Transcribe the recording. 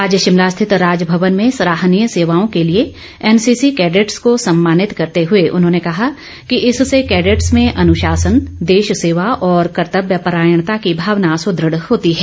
आज शिमला स्थित राजभवन में सराहनीय सेवाओं के लिए एनसीसी कैडेट्स को सम्मानित करते हुए उन्होंने कहा कि इससे कैडेट्स में अनुशासन देश सेवा और कर्तव्य परायण्ता की भावना सुदृढ़ होती है